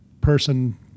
person